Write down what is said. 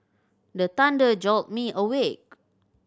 the thunder jolt me awake